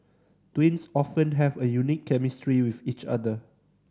twins often have a unique chemistry with each other